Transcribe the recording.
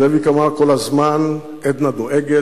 זאביק אמר כל הזמן: עדנה דואגת,